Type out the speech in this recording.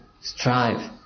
strive